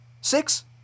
Six